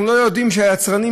אנחנו לא יודעים שהיצרנים,